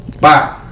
bye